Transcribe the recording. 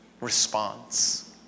response